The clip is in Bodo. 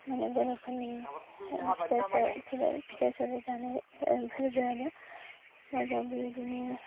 मानि बर'फोरनि फिथा सौराइ फैबाय फिथा सौराइ जानाय फोरबो आरो मागोआव बेबायदिनो